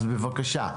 אז בבקשה.